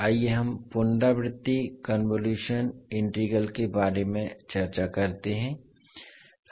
आइए हम पुनरावृत्ति कन्वोलुशन इंटीग्रल के बारे में चर्चा करते हैं